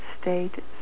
state